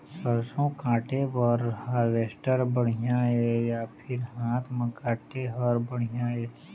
सरसों काटे बर हारवेस्टर बढ़िया हे या फिर हाथ म काटे हर बढ़िया ये?